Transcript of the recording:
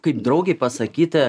kaip draugei pasakyti